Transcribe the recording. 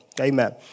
Amen